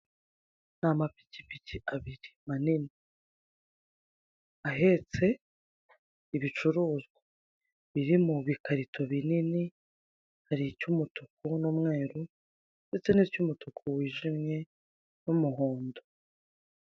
Ni amapikipiki abiri manini ahetse ibicuruzwa biri mu bikarito binini, hari icy'umutuku n'umweru n'ikindi cy'umutuku wijimye n'umuhondo .